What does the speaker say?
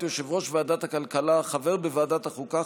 יושב-ראש ועדת הכלכלה וחבר בוועדת החוקה,